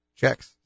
checks